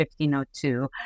1502